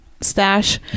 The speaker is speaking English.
Stash